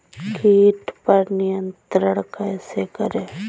कीट पर नियंत्रण कैसे करें?